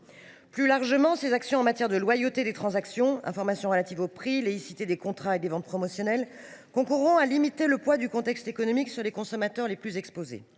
Plus largement, ses actions en matière de loyauté des transactions – informations relatives aux prix, licéité des contrats et des ventes promotionnelles – concourront à limiter le poids du contexte économique sur les consommateurs les plus exposés.